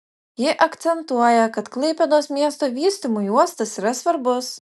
ji akcentuoja kad klaipėdos miesto vystymui uostas yra svarbus